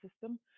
system